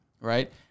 right